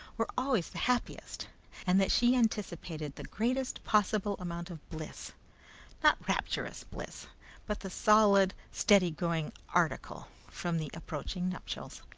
were always the happiest and that she anticipated the greatest possible amount of bliss not rapturous bliss but the solid, steady-going article from the approaching nuptials.